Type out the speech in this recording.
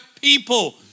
people